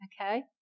okay